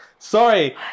Sorry